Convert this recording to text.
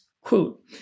quote